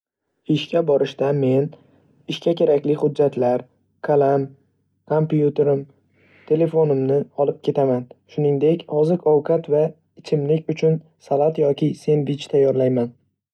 Ishga borishda, men ishga kerakli hujjatlar, qalam, kompyuterim, telefonimni olib ketaman. Shuningdek, oziq-ovqat va ichimlik uchun salat yoki sendvich tayyorlayman.